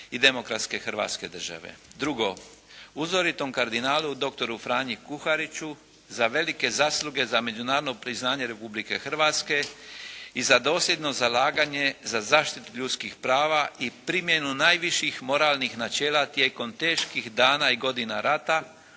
i demokratske Hrvatske države. Drugo, uzoritom kardinalu doktoru Franji Kuhariću za velike zasluge za međunarodno priznanje Republike Hrvatske i za dosljedno zalaganje za zaštitu ljudskih prava i primjenu najviših moralnih načela tijekom teških dana i godina rata,